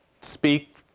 speak